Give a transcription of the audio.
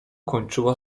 kończyła